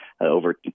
over